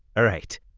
alright,